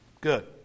Good